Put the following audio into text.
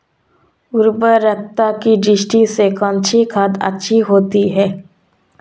उर्वरकता की दृष्टि से कौनसी खाद अच्छी होती है?